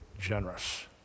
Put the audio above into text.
generous